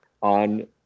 on